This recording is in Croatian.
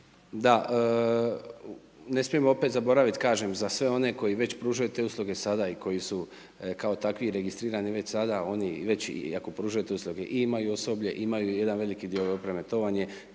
Da ne smijemo opet zaboravit kažem za sve one koji već pružaju te usluge sada i koji su kao takvi registrirani već sada oni već i ako pružaju te usluge imaju osoblje, imaju jedan veliki dio opreme to vam je